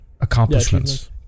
accomplishments